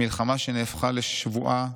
מלחמה שנהפכה לשבועה,